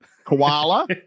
Koala